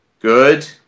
good